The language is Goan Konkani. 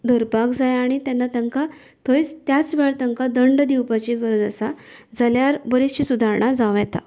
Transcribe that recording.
धरपाक जाय आनी तेंकां थंयच त्याच वेळार तेंकां दंड दिवपाची गरज आसा जाल्यार बरींचशी सुदारणां जावं येता